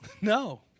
No